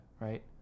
Right